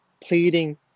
pleading